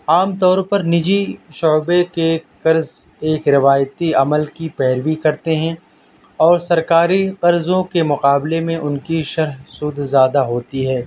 عام طور پر نجی شعبے کے قرض ایک روایتی عمل کی پیروی کرتے ہیں اور سرکاری قرضوں کے مقابلے میں ان کی شرح سود زیادہ ہوتی ہے